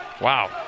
Wow